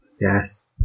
Yes